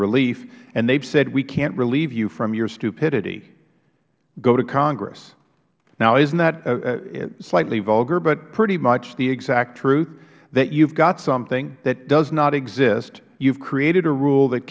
relief and they have said we can't relieve you from your stupidity go to congress now isn't that slightly vulgar but pretty much the exact truth that you have something that does not exist you have created a rule that